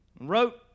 wrote